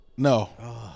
No